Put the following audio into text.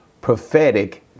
prophetic